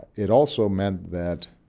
it also meant that,